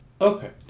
Okay